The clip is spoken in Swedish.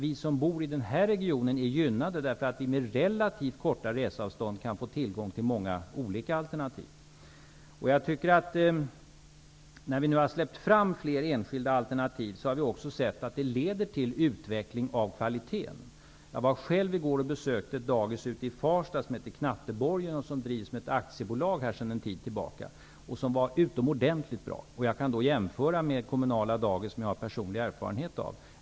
Vi som bor i den här regionen är dock gynnade, eftersom vi med relativt korta reseavstånd kan få tillgång till många olika alternativ. När nu fler enskilda alternativ har släppts fram har vi kunnat se att detta leder till en utveckling av kvaliteten. Jag besökte i går dagiset Knatteborgen i Farsta, som sedan en tid tillbaka drivs som ett aktiebolag. Det var ett utomordentligt bra dagis. Jag kan då jämföra med de kommunala dagis som jag har personlig erfarenhet av.